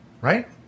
right